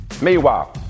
Meanwhile